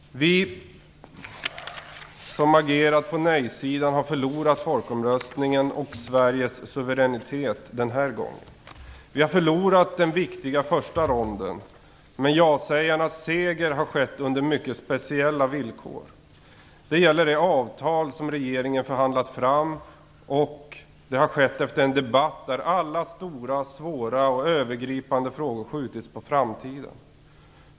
Vi som agerat på nej-sidan har förlorat folkomröstningen och Sveriges suveränitet, den här gången. Vi har förlorat den viktiga första ronden. Men ja-sägarnas seger har skett under mycket speciella villkor. Det gäller det avtal som regeringen förhandlat fram, och det har skett efter en debatt där alla stora svåra och övergripande frågor skjutits på framtiden.